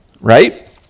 right